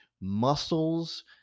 muscles